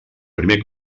primer